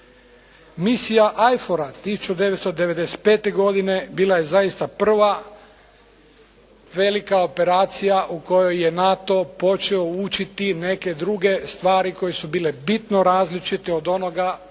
misija IFOR-a 1995. godine bila je zaista prva velika operacija u kojoj je NATO počeo učiti neke druge stvari koje su bile bitno različite od onoga za